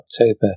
October